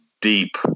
deep